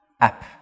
app